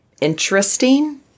interesting